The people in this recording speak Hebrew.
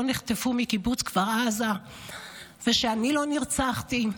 נחטפו מקיבוץ כפר עזה ושאני לא נרצחתי,